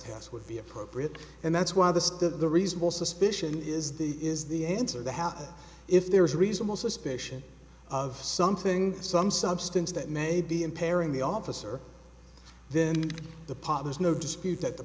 test would be appropriate and that's why the state of the reasonable suspicion is the is the answer to have if there's a reasonable suspicion of something some substance that may be impairing the officer then the pot there's no dispute that the